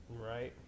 Right